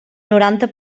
noranta